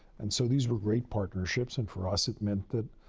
and so, these were great partnerships. and for us, it meant that,